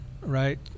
right